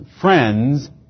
friends